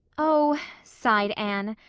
oh, sighed anne.